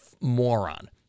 moron